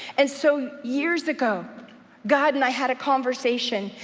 and so years ago god and i had a conversation,